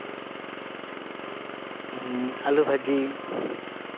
ᱟᱹᱞᱩ ᱵᱷᱟᱹᱡᱤ